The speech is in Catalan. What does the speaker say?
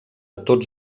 tots